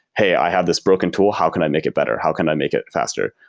hey, i have this broken tool. how can i make it better? how can i make it faster?